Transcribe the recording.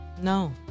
No